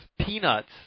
peanuts